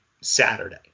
Saturday